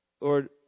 Lord